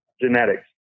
genetics